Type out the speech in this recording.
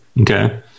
Okay